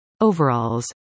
Overalls